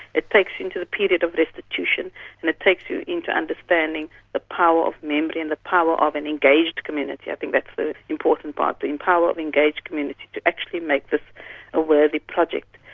it takes you into the period of restitution and it takes you into understanding the power of memory, and the power of an engaged community, i think that's the important part, the and power of engaged community, to actually make this a worthy project.